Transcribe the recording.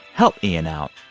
help ian out.